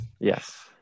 Yes